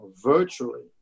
virtually